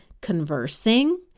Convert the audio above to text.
conversing